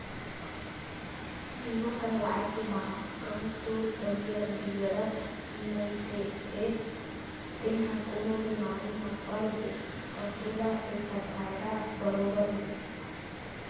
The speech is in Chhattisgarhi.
बीमा करवाय के बाद कहूँ तोर तबीयत बिगड़त नइते फेर तेंहा कोनो बेमारी म पड़ गेस ता तोला ऐकर फायदा बरोबर मिलही